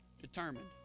Determined